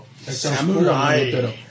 Samurai